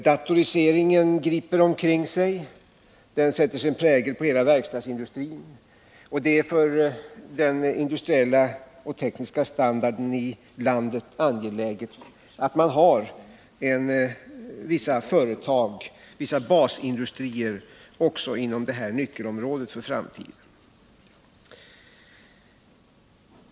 Datoriseringen griper omkring sig, och den sätter sin prägel på hela verkstadsindustrin. För den industriella och tekniska standarden i landet är det angeläget att vi har vissa basindustrier också inom detta nyckelområde för framtiden.